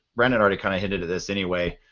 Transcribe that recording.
brendan already kind of hinted at this anyway,